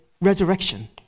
resurrection